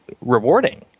rewarding